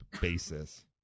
basis